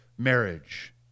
marriage